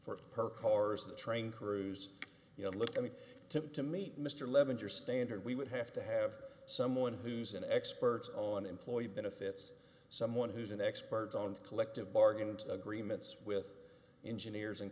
for her car as the train crews you know look i mean to meet mr levin your standard we would have to have someone who's an expert on employee benefits someone who's an expert on collective bargain and agreements with engineers and